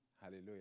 Hallelujah